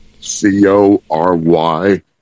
C-O-R-Y